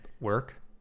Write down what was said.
work